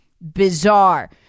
bizarre